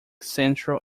central